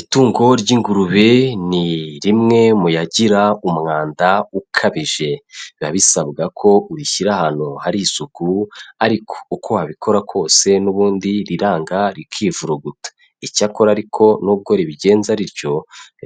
Itungo ry'ingurube ni rimwe mu yagira umwanda ukabije, biba bisabwa ko urishyira ahantu hari isuku, ariko uko wabikora kose n'ubundi riranga rikivuruguta, icyakora ariko n'ubwo ribigenza rityo,